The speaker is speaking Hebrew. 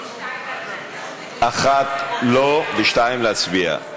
1 לא, ו-2 להצביע.